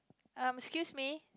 um excuse me